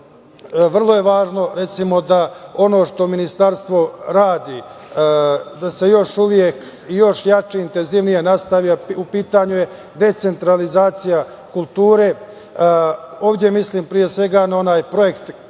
da, recimo, ono što ministarstvo radi, da se još uvek i još jače i intenzivnije nastavi, a u pitanju je decentralizacija kulture. Ovde mislim, pre svega, na onaj projekat „Gradovi